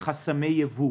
חסמי ייבוא